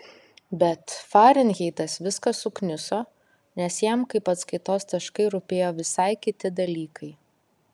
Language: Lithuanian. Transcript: bet farenheitas viską sukniso nes jam kaip atskaitos taškai rūpėjo visai kiti dalykai